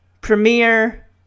premiere